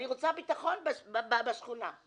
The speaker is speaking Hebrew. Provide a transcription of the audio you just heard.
אני רוצה ביטחון בשכונה שלי.